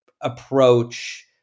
approach